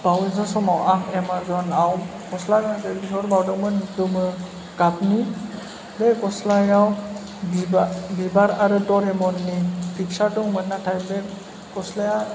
बावयैसो समाव आं एमाजनाव गस्ला गांसे बिहरबावदोंमोन गोमो गाबनि बे गस्लायाव बिबार आरो दरेमननि फिखसार दंमोन नाथाय बे गस्लाया